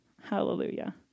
Hallelujah